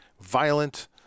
violent